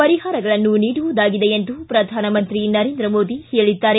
ಪರಿಹಾರಗಳನ್ನು ನೀಡುವುದಾಗಿದೆ ಎಂದು ಶ್ರಧಾನಮಂತ್ರಿ ನರೇಂದ್ರ ಮೋದಿ ಹೇಳಿದ್ದಾರೆ